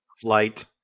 Flight